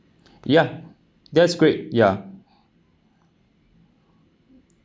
ya that's great ya